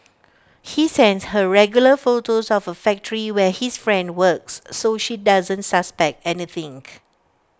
he sends her regular photos of A factory where his friend works so she doesn't suspect any think